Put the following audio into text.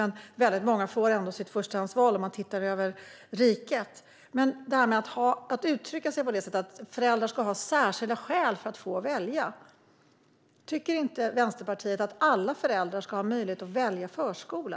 Men över riket i stort får väldigt många ändå sitt förstahandsval. Daniel Riazat uttrycker sig nu som han gör och säger att föräldrar ska ha särskilda skäl för att få välja. Tycker inte Vänsterpartiet att alla föräldrar ska ha möjlighet att välja förskola?